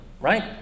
right